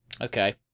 Okay